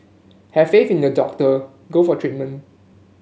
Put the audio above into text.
have faith in your doctor go for treatment